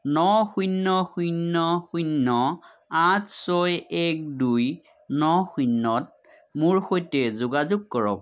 ন শূন্য শূন্য শূন্য আঠ ছয় এক দুই ন শূন্যত মোৰ সৈতে যোগাযোগ কৰক